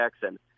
Jackson